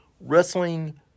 wrestling